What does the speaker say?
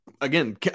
again